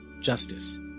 justice